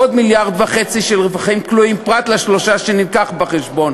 עוד 1.5 מיליארד של רווחים כלואים פרט ל-3 שהובאו בחשבון,